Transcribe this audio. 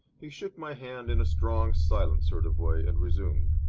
he shook my hand in a strong, silent sort of way, and resumed